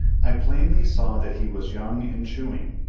i plainly saw that he was young in chewing,